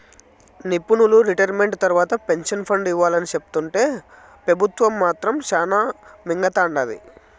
నిపునులు రిటైర్మెంట్ తర్వాత pension fund ఇవ్వాలని సెప్తుంటే పెబుత్వం మాత్రం శానా మింగతండాది